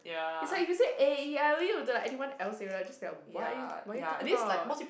is like if you say A E I O U do like anyone else even like what are you what are you talking about